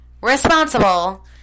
responsible